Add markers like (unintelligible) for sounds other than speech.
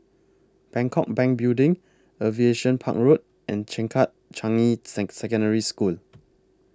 Bangkok Bank Building Aviation Park Road and Changkat Changi (unintelligible) Secondary School